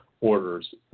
orders